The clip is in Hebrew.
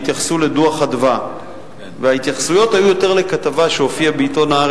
ההצעה בדבר חלוקת הצעת חוק המדיניות